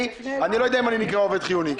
אני לא יודע אם אני נקרא עובד חיוני,